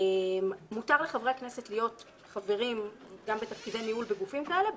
מותר לחברי הכנסת להיות חברים גם בתפקידי ניהול בגופים כאלה,